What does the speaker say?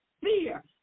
fear